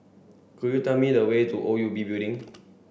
could you tell me the way to O U B Building